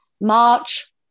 march